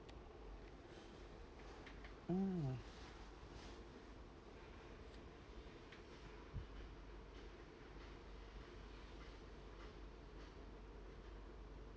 mm